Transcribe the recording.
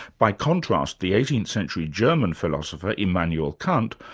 by contrast, the eighteenth century german philosopher, immanuel kant,